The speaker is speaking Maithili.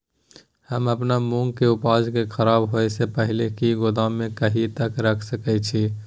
हम अपन मूंग के उपजा के खराब होय से पहिले ही गोदाम में कहिया तक रख सके छी?